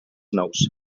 nous